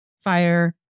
Fire